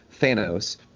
Thanos